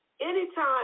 Anytime